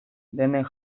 denek